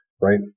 right